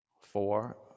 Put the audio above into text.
four